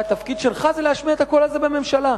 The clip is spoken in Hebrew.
והתפקיד שלך זה להשמיע את הקול הזה בממשלה.